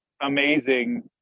amazing